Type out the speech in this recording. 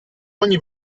ogni